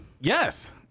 Yes